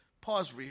pause